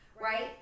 right